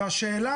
והשאלה